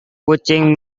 kucing